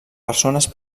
persones